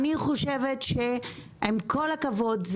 אני חושבת שעם כל הכבוד,